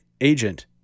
agent